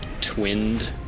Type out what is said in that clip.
twinned